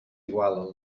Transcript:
igual